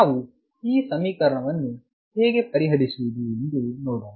ನಾವು ಈ ಸಮೀಕರಣವನ್ನು ಹೇಗೆ ಪರಿಹರಿಸುವುದು ಎಂದು ನೋಡೋಣ